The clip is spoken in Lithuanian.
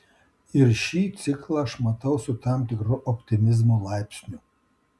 ir šį ciklą aš matau su tam tikru optimizmo laipsniu